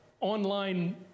online